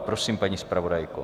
Prosím, paní zpravodajko.